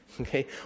Okay